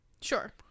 Sure